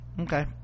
okay